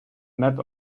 map